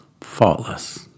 faultless